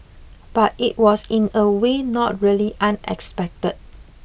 but it was in a way not really unexpected